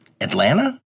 Atlanta